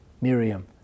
Miriam